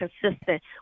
consistent